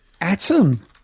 Atom